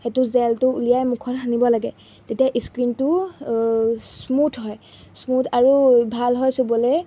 সেইটো জেলটো উলিয়াই মুখত সানিব লাগে তেতিয়া স্কিণটো স্মুথ হয় স্মুথ আৰু ভাল হয় চুবলৈ